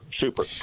super